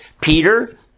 Peter